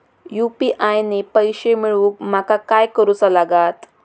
UPI ने पैशे मिळवूक माका काय करूचा लागात?